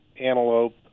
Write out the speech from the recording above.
antelope